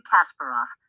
Kasparov